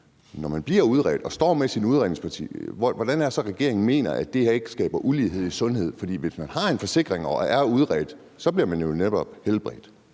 Når man bliver udredt og står med sin udredningsgaranti, hvordan er det så, regeringen mener at det her ikke skaber ulighed i sundhed? For hvis man har en forsikring og er udredt, bliver man jo netop helbredt.